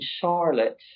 charlotte